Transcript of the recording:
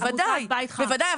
בוודאי,